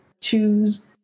choose